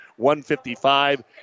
155